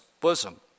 bosom